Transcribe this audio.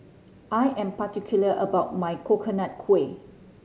I am particular about my Coconut Kuih